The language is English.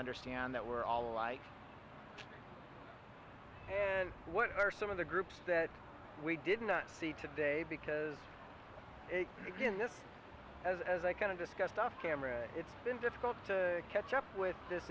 understand that we're all alike what are some of the groups that we did not see today because again this has as i kind of discussed off camera it's been difficult to catch up with this